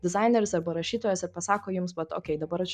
dizaineris arba rašytojas ir pasako jums vat okei dabar aš